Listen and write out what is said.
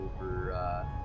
over